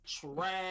trash